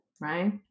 right